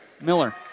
Miller